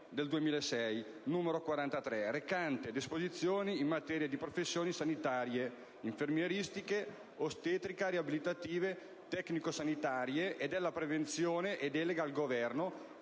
2006, n. 43, recante disposizioni in materia di professioni sanitarie infermieristiche, ostetrica, riabilitative, tecnico-sanitarie e della prevenzione e delega al Governo